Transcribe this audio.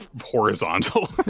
horizontal